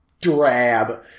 drab